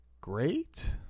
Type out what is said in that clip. great